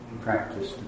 practice